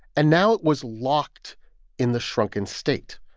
and now it was locked in the shrunken state.